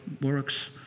works